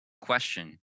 question